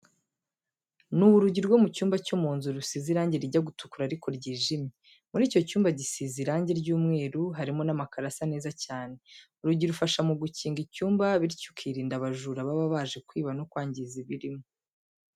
Ni urugi rwo mu cyumba cyo mu nzu rusize irange rijya gutukura ariko ryijimye, muri icyo cyumba gisize irange ry'umweru harimo n'amakaro asa neza cyane, urugi rufasha mu gukinga icyumba bityo ukirinda abajura baba baje kwiba no kwangiza ibirimo.